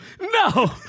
No